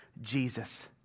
Jesus